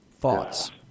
Thoughts